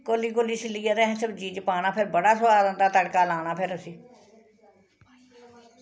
कोली कोली छिल्लियै ते असें सब्जी च पाना फिर बड़ा सोआद औंदा फिर तड़का लाना फिर उस्सी